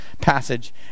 passage